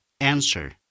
answer